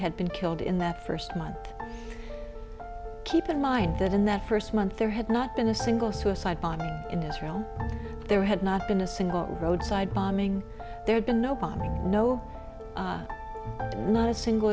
had been killed in that first month keep in mind that in that first month there had not been a single suicide bombing in israel there had not been a single roadside bombing there had been no bombing no not a single